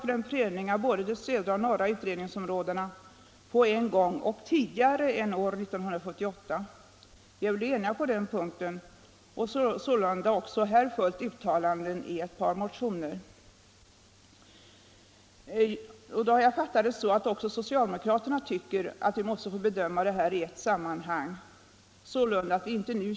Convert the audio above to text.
Reservationen 5 innehåller — utom andra ord för att beskriva vikten av information — endast ett sakpåstående, nämligen att service och kontroll av värmeanläggningar skall drivas genom skorstensfejarorganisationen. Utskottet tycker inte att riksdagen skall binda sig för detta.